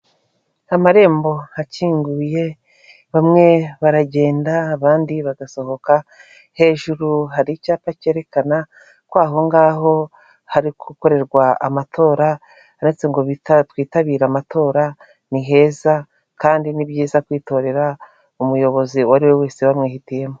Amarembo akinguye bamwe baragenda abandi bagasohoka, hejuru hari icyapa cyerekana ko aho ngaho hari gukorerwa amatora handitse ngo twitabira amatora ni heza kandi ni byiza kwitorera umuyobozi uwo ari we wese wamwihitiyemo.